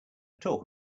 talk